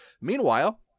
Meanwhile